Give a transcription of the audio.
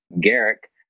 Garrick